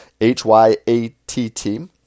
H-Y-A-T-T